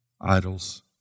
idols